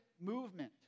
movement